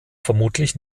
vermutlich